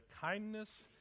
kindness